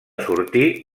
sortir